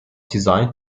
designed